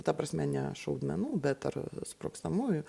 ta prasme ne šaudmenų bet ar sprogstamųjų